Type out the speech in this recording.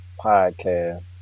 Podcast